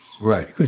Right